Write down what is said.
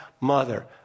mother